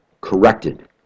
corrected